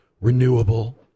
renewable